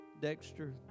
Dexter